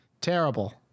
Terrible